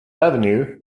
avenue